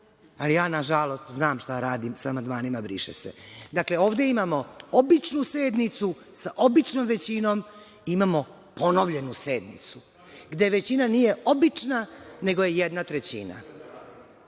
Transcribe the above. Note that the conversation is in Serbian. ali na žalost znam šta radim sa amandmanima briše se. Dakle, ovde imamo običnu sednicu sa običnom većinom i imamo ponovljenu sednicu gde većina nije obična, nego je jedna trećina.